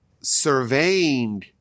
surveying